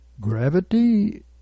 gravity